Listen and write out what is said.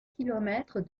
kilomètre